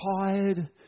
tired